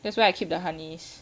that's where I keep the honeys